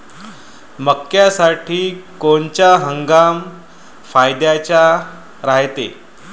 मक्क्यासाठी कोनचा हंगाम फायद्याचा रायते?